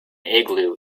igloo